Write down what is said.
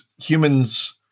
humans